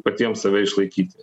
patiem save išlaikyti